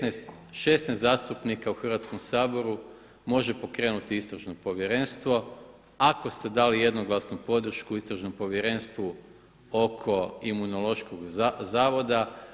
15, 16 zastupnika u Hrvatskom saboru može pokrenuti Istražno povjerenstvo ako ste dali jednoglasnu podršku Istražnom povjerenstvu oko Imunološkog zavoda.